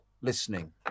listening